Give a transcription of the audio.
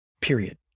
period